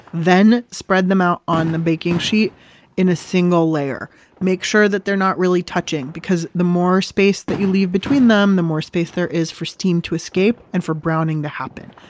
then, spread them out on the baking sheet in a single layer make sure that they're not really touching because the more space that you leave between them, the more space there is for steam to escape and for browning to happen.